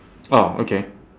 oh okay